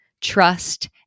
trust